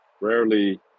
rarely